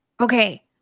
Okay